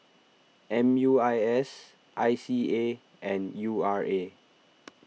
M U I S I C A and U R A